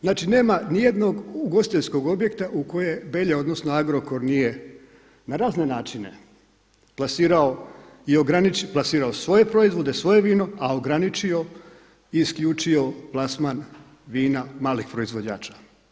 Znači nema niti jednog ugostiteljskog objekta u koje Belje, odnosno Agrokor nije na razne načine plasirao i ograničio, plasirao svoje proizvode, svoje vino a ograničio i isključio plasman vina malih proizvođača.